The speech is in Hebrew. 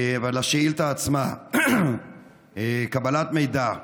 לשאילתה עצמה, קבלת מידע.